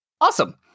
Awesome